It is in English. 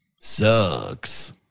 Sucks